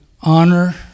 Honor